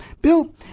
Bill